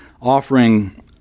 offering